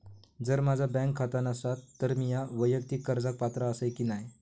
जर माझा बँक खाता नसात तर मीया वैयक्तिक कर्जाक पात्र आसय की नाय?